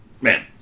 man